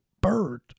bird